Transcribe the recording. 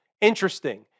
Interesting